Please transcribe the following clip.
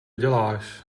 děláš